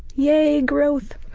yay, growth!